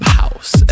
house